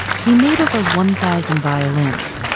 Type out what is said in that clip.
he made over one thousand violins,